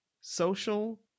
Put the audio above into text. social